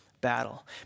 battle